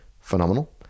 Phenomenal